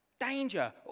Danger